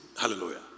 Hallelujah